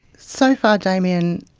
so far, damien,